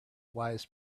wise